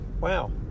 Wow